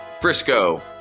Frisco